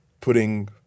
putting